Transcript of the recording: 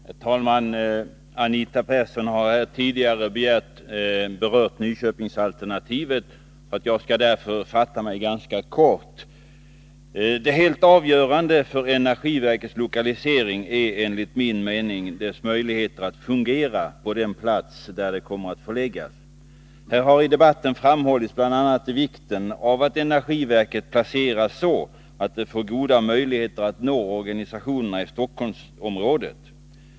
Herr talman! Anita Persson har tidigare berört Nyköpingsalternativet. Jag skall därför fatta mig ganska kort. Det avgörande för energiverkets lokalisering är enligt min mening dess möjligheter att fungera på den plats där det kommer att få ligga. Här har i debatten framhållits bl.a. vikten av att energiverket placeras så att det får goda möjligheter att nå organisationerna i Stockholmsområdet.